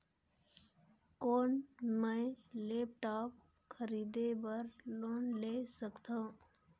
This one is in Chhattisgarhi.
कौन मैं लेपटॉप खरीदे बर लोन ले सकथव?